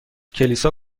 کلیسا